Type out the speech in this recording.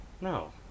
no